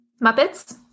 Muppets